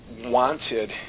wanted